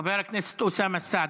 חבר הכנסת אוסאמה סעדי.